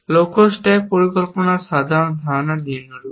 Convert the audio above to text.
লক্ষ্য স্ট্যাক পরিকল্পনার সাধারণ ধারণা নিম্নরূপ